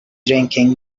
drinking